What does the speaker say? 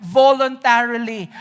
voluntarily